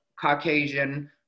Caucasian